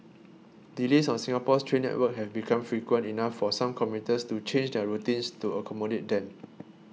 delays on Singapore's train network have become frequent enough for some commuters to change their routines to accommodate them